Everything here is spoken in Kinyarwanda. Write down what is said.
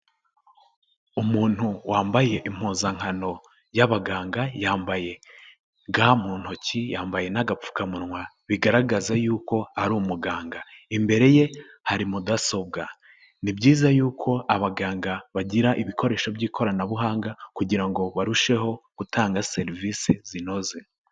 Umuntu wambaye impuzankano y'abaganga, yambaye ga mu ntoki, yambaye n'agapfukamunwa bigaragaza y'uko ari umuganga. Imbere ye hari mudasobwa. Ni byiza y'uko abaganga bagira ibikoresho by'ikoranabuhanga kugira ngo barusheho gutanga serivisi zinoze.